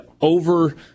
over